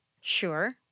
Sure